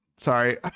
Sorry